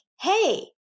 hey